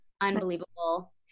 unbelievable